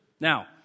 Now